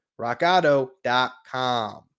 RockAuto.com